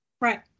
right